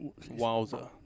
Wowza